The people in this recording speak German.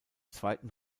zweiten